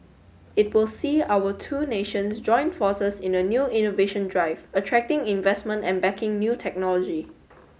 it will see our two nations join forces in a new innovation drive attracting investment and backing new technology